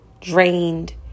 drained